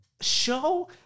Show